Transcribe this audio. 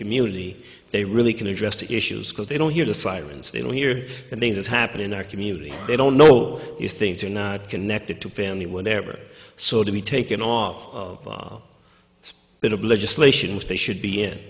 community they really can address the issues because they don't hear the silence they don't hear and then this happened in our community they don't know if things are not connected to family whatever so to be taken off of bit of legislation which they should be in